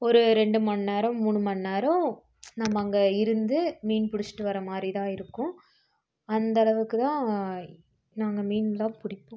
ஒரு ரெண்டு மண் நேரம் மூணு மண் நேரம் நம்ம அங்கே இருந்து மீன் பிடிச்சிட்டு வர மாதிரிதான் இருக்கும் அந்தளவுக்கு தான் நாங்கள் மீன்லாம் பிடிப்போம்